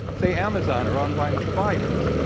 say, amazon, or online providers.